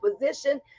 position